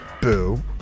Boo